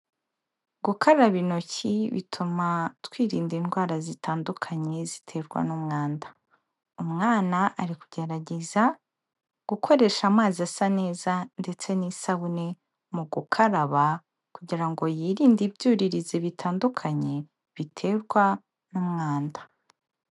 Gukaraba intoki bituma twirinda indwara zitandukanye ziterwa n'umwanda, umwana ari kugerageza gukoresha amazi asa neza ndetse n'isabune mu gukaraba, kugira ngo yirinde ibyuririzi bitandukanye biterwa n'umwanda.